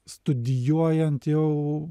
studijuojant jau